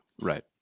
Right